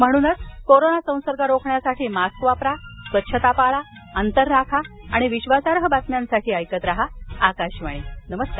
म्हणूनच कोरोनाचा संसर्ग रोखण्यासाठी मास्क वापरा स्वच्छता पाळा अंतर राखा आणि विश्वासार्ह बातम्यांसाठी ऐकत रहा आकाशवाणी नमस्कार